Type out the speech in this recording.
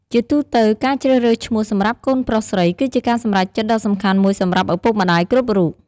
ជាទូទៅ ការជ្រើសរើសឈ្មោះសម្រាប់កូនប្រុសស្រី គឺជាការសម្រេចចិត្តដ៏សំខាន់មួយសម្រាប់ឪពុកម្តាយគ្រប់រូប។